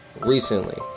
recently